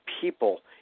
people